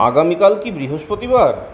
আগামীকাল কি বৃহস্পতিবার